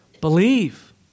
Believe